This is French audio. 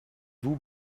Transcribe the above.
vous